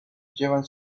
llevan